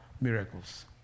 miracles